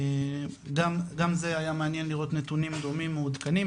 גם זה היה מעניין לראות נתונים דומים מעודכנים,